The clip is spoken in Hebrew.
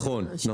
נכון.